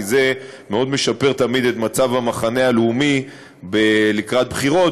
כי זה תמיד משפר מאוד את מצב המחנה הלאומי לקראת בחירות,